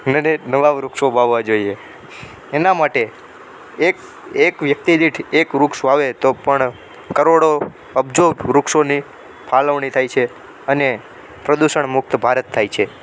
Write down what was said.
નને નવા વૃક્ષો વાવવા જોઈએ એના માટે એક એક વ્યક્તિ દીઠ એક વૃક્ષ વાવે તો પણ કરોડો અબજો વૃક્ષોની ફાળવણી થાય છે અને પ્રદૂષણ મુક્ત ભારત થાય છે